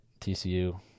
TCU